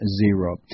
zero